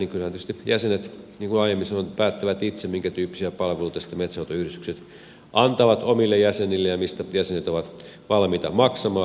kyllä tietysti jäsenet niin kuin aiemmin sanoin päättävät itse minkä tyyppisiä palveluita sitten metsänhoitoyhdistykset antavat omille jäsenilleen ja mistä jäsenet ovat valmiita maksamaan